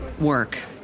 work